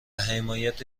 حمایت